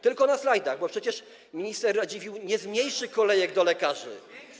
Tylko na slajdach, bo przecież minister Radziwiłł nie zmniejszy kolejek do lekarzy.